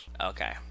okay